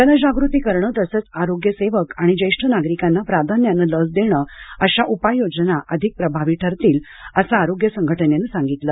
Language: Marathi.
जनजागृती करणं तसंच आरोग्य सेवक आणि ज्येष्ठ नागरिकांना प्राधान्यानं लस देणं अशा उपाय योजना अधिक प्रभावी ठरतील असं आरोग्य संघटनेनं सांगितलं